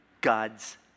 God's